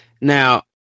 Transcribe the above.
now